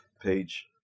page